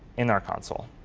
in our console.